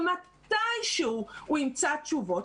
שמתישהו הוא ימצא תשובות,